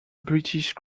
british